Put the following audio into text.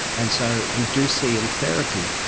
and so we do see in therapy,